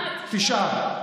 תשעה.